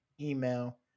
email